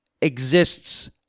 exists